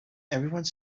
everyone